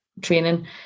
training